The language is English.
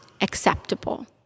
acceptable